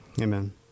amen